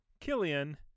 Killian